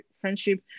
friendship